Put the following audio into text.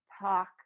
talk